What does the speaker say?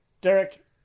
Derek